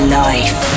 life